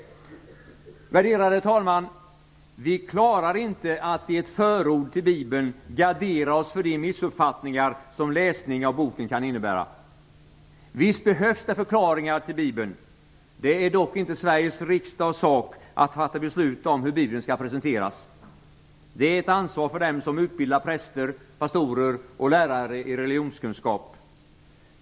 Värderade talman! Vi klarar inte att i ett förord till Bibeln gardera oss för de missuppfattningar som läsning av boken kan innebära. Visst behövs det förklaringar till Bibeln. Det är dock inte Sveriges riksdags sak att fatta beslut om hur Bibeln skall presenteras. Det är ett ansvar för dem som utbildar präster, pastorer och lärare i religionskunskap.